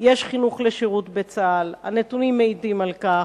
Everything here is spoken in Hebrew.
יש חינוך לשירות בצה"ל, והנתונים מעידים על כך.